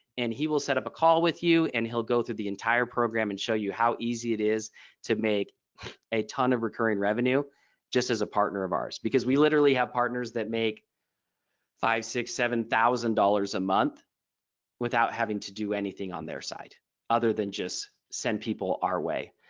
and he will set up a call with you and he'll go through the entire program and show you how easy it is to make a ton of recurring revenue just as a partner of ours. because we literally have partners that make five six seven thousand dollars a month without having to do anything on their side other than just send people our way.